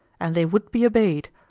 and they would be obeyed,